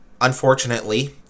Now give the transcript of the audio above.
unfortunately